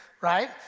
right